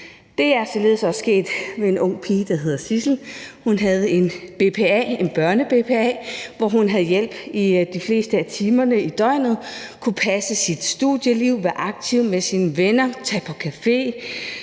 Det er således også sket med en ung pige, der hedder Sidsel. Hun havde en børne-BPA, hvor hun havde hjælp de fleste af timerne i døgnet. Hun kunne passe sit studieliv og være aktiv med sine venner, tage på café.